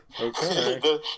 Okay